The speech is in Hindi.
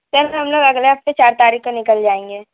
सर हम लोग अगले हफ़्ते चार तारीख़ को निकल जाएंगे